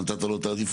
אז נתת לו את העדיפות.